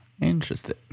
Interesting